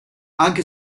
anche